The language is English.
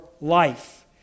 life